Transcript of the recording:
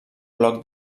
bloc